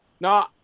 No